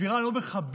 אווירה לא מכבדת.